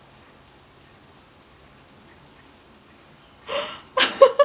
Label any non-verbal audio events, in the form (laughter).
(laughs)